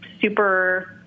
super